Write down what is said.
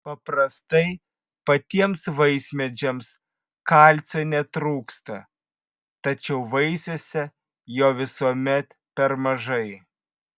paprastai patiems vaismedžiams kalcio netrūksta tačiau vaisiuose jo visuomet per mažai